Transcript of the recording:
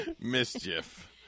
Mischief